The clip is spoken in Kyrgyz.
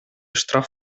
штраф